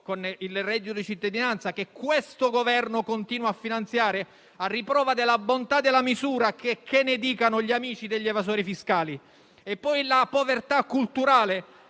con il reddito di cittadinanza, che questo Governo continua a finanziare, a riprova della bontà della misura, checché ne dicano gli amici degli evasori fiscali - e da quella culturale,